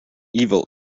evil